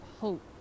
hope